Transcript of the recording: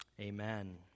Amen